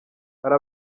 hari